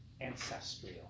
ancestral